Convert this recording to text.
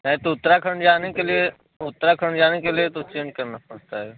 मैं तो उत्तराखण्ड जाने के लिए उत्तराखण्ड जाने के लिए तो चेन्ज करना पड़ता है